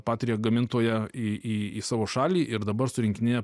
patrija gamintoją į į į savo šalį ir dabar surinkinėja